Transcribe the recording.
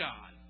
God